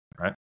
Right